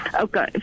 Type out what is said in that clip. Okay